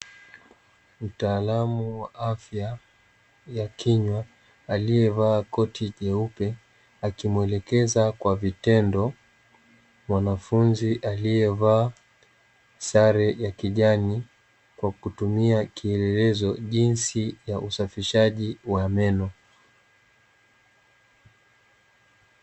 Mtaalamu wa afya ya kinywa aliyevaa koti jeupe, akimwelekeza kwa vitendo mwanafunzi aliyevaa sare ya kijani, kwa kutumia kielelezo, jinsi ya usafishaji wa meno.